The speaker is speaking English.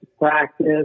practice